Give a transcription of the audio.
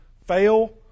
fail